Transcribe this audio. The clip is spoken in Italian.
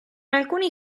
alcuni